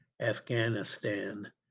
Afghanistan